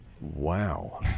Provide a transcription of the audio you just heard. Wow